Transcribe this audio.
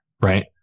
right